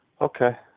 Okay